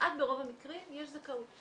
כמעט ברוב המקרים יש זכאות.